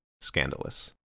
scandalous